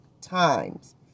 times